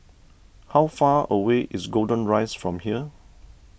how far away is Golden Rise from here